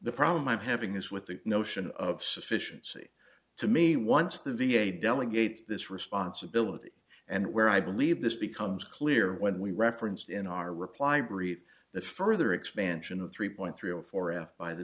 the problem i'm having this with the notion of sufficiency to me once the v a delegates this responsibility and where i believe this becomes clear when we referenced in our reply brief the further expansion of three point three or four f b i the